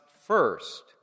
first